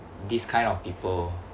this kind of people